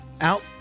out